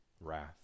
wrath